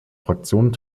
fraktion